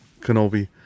Kenobi